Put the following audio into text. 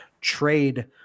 trade